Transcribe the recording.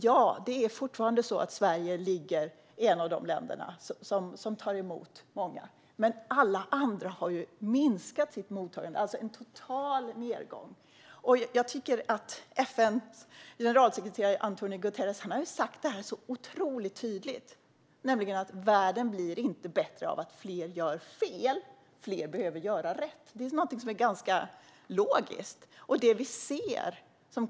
Ja, det är fortfarande så att Sverige är ett av de länder som tar emot många människor. Men alla andra har ju minskat sitt mottagande. Det har varit en total nedgång. Jag tycker att FN:s generalsekreterare António Guterres har sagt det här så otroligt tydligt: Världen blir inte bättre av att fler gör fel. Fler behöver göra rätt. Det är någonting som är ganska logiskt.